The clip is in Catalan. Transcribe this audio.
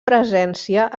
presència